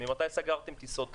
ממתי סגרתם טיסות?